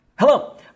Hello